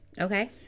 Okay